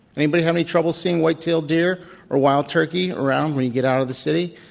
anybody have any trouble seeing white-tailed deer or wild turkey around when you get out of the city?